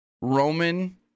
Roman